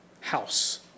house